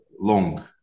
long